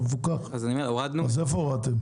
איפה הורדתם?